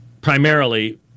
primarily